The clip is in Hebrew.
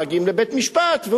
כשמגיעים לבית-משפט,